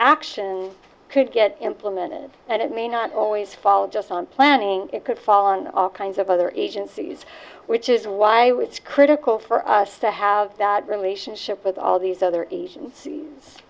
action could get implemented and it may not always fall just on planning it could fall on all kinds of other agencies which is why i was critical for us to have that relationship with all these other a